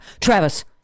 Travis